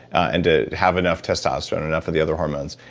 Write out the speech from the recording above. and ah have enough testosterone, enough of the other hormones.